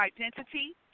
identity